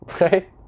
right